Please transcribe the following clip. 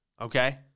okay